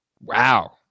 Wow